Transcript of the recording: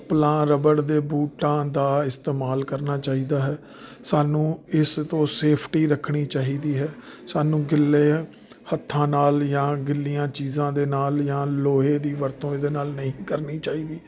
rubber ਦੇ ਬੂਟਾਂ ਦਾ ਇਸਤੇਮਾਲ ਕਰਨਾ ਚਾਹੀਦਾ ਹੈ ਸਾਨੂੰ ਇਸ ਤੋਂ ਸੇਫਟੀ ਰੱਖਣੀ ਚਾਹੀਦੀ ਹੈ ਸਾਨੂੰ ਗਿੱਲੇ ਹੱਥਾਂ ਨਾਲ ਜਾਂ ਗਿੱਲੀਆਂ ਚੀਜ਼ਾਂ ਦੇ ਨਾਲ ਜਾਂ ਲੋਹੇ ਦੀ ਵਰਤੋਂ ਇਹਦੇ ਨਾਲ ਨਹੀਂ ਕਰਨੀ ਚਾਹੀਦੀ